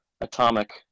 Atomic